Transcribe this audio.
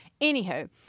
Anywho